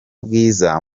bwiza